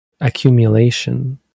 accumulation